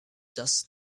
does